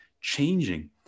changing